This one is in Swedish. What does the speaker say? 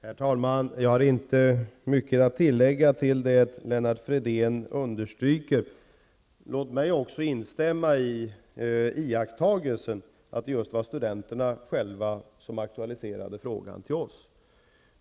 Herr talman! Jag har inte mycket att tillägga till det Lennart Fridén understryker. Låt mig instämma i iakttagelsen att det just var studenterna själva som aktualiserade frågan till oss.